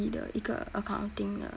的一个 accounting ah